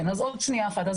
כן, עוד שנייה אחת.